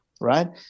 right